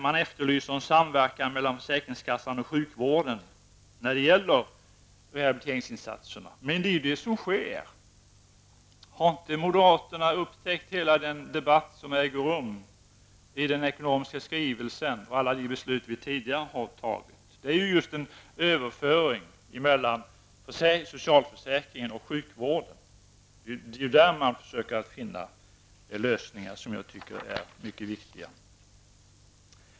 Man efterlyser en samverkan mellan försäkringskassan och sjukvården när det gäller rehabiliteringsinsatserna. Men det är ju det som sker! Har inte moderaterna upptäckt den debatt som ägt rum i samband med den ekonomiska skrivelsen och inför alla de beslut som vi tidigare har fattat? Det är ju just i en överföring mellan socialförsäkringen och sjukvården som man försöker att finna lösningar som jag tycker är mycket viktiga.